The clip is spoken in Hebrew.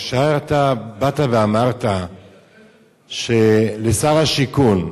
כאשר אתה באת ואמרת לשר השיכון: